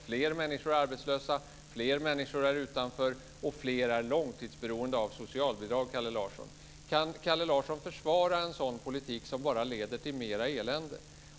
Fler människor är arbetslösa, fler människor är utanför och fler är långtidsberoende av socialbidrag, Kalle Larsson. Kan Kalle Larsson försvara en sådan politik som bara leder till mer elände?